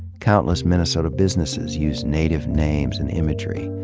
countless minnesota businesses use native names and imagery.